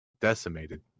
decimated